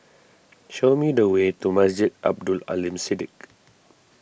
show me the way to Masjid Abdul Aleem Siddique